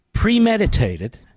premeditated